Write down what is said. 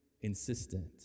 insistent